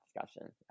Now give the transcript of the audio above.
discussion